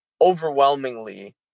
overwhelmingly